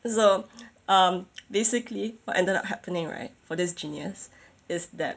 so um basically what ended up happening right for this genius is that